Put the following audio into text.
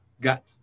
got